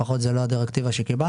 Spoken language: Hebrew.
לפחות זו לא הדירקטיבה שקיבלנו,